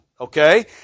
okay